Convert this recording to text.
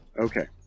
Okay